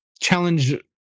challenge